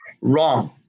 Wrong